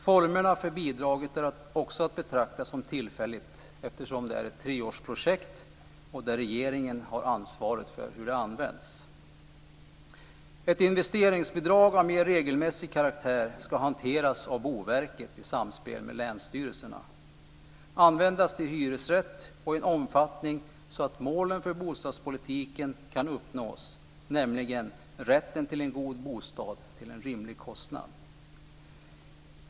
Formerna för bidraget är också att betrakta som tillfälliga eftersom detta är ett treårsprojekt där regeringen har ansvaret för hur det hela används. Ett investeringsbidrag av mer regelmässig karaktär ska hanteras av Boverket i samspel med länsstyrelserna. Det ska användas till hyresrätt och i en omfattning så att målen för bostadspolitiken kan uppnås, nämligen rätten till en god bostad till en rimlig kostnad.